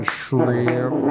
shrimp